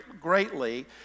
greatly